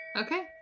Okay